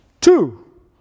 Two